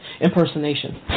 Impersonation